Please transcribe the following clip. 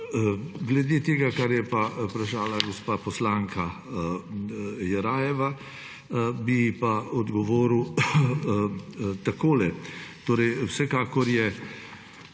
Glede tega, kar je vprašala gospa poslanka Jerajeva, bi pa odgovoril takole. Vsekakor je